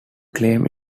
claim